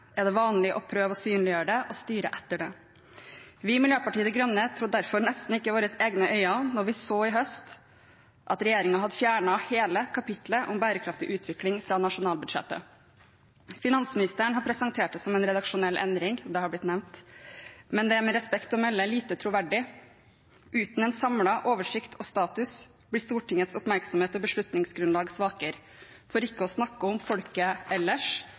er det vanlig å prøve å synliggjøre det og styre etter det. Vi i Miljøpartiet De Grønne trodde derfor nesten ikke våre egne øyne da vi i høst så at regjeringen hadde fjernet hele kapitlet om bærekraftig utvikling fra nasjonalbudsjettet. Finansministeren har presentert det som en redaksjonell endring – det har blitt nevnt – men det er med respekt å melde lite troverdig. Uten en samlet oversikt og status blir Stortingets oppmerksomhet og beslutningsgrunnlag svakere – for ikke å snakke om folket ellers